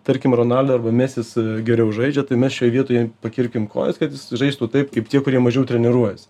tarkim ronaldo arba mesis geriau žaidžia tai mes šioj vietoj pakilkim kojas kad jis žaistų taip kaip tie kurie mažiau treniruojasi